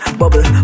bubble